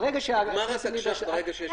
נגמר התקש"ח ברגע שיש החלטה.